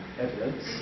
evidence